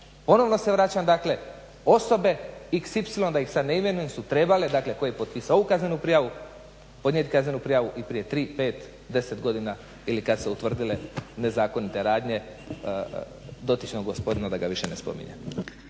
ponovno se vraćam dakle osobe iks, ipsilon da ih sad ne imenujem su trebale, dakle tko je potpisao ovu kaznenu prijavu podnijeti kaznenu prijavu i prije 3, 5, 10 godina ili kad su se utvrdile nezakonite radnje dotičnog gospodina, da ga više ne spominjem.